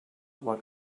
what